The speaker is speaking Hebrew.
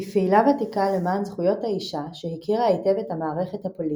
כפעילה ותיקה למען זכויות האישה שהכירה היטב את המערכת הפוליטית,